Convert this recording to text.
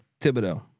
Thibodeau